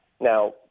Now